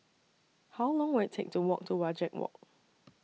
How Long Will IT Take to Walk to Wajek Walk